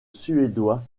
suédois